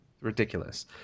Ridiculous